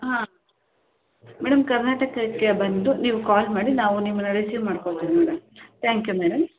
ಹಾಂ ಮೇಡಮ್ ಕರ್ನಾಟಕಕ್ಕೆ ಬಂದು ನೀವು ಕಾಲ್ ಮಾಡಿ ನಾವು ನಿಮ್ಮನ್ನು ರಿಸೀವ್ ಮಾಡ್ಕೊಳ್ತೀವಿ ಮೇಡಮ್ ತ್ಯಾಂಕ್ ಯು ಮೇಡಮ್